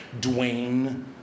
Dwayne